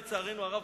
לצערנו הרב,